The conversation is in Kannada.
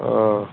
ಹಾಂ